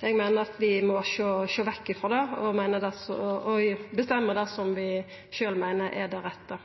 Eg meiner vi må sjå vekk frå det og bestemma det vi sjølve meiner er det rette.